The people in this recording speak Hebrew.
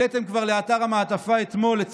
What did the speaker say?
העליתם לאתר "המעטפה" כבר אתמול את